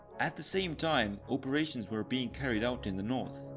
at the same time, operations were being carried out in the north,